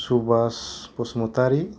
Subhash Basumatary